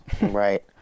right